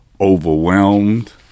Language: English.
overwhelmed